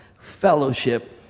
fellowship